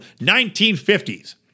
1950s